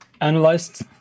analyzed